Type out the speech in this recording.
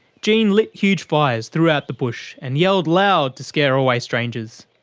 jean lit huge fires throughout the bush and yelled loud to scare away strangers.